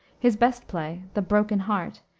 his best play, the broken heart,